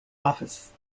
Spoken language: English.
office